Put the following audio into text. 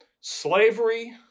Slavery